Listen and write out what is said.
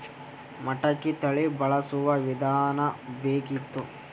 ಮಟಕಿ ತಳಿ ಬಳಸುವ ವಿಧಾನ ಬೇಕಿತ್ತು?